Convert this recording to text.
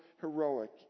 heroic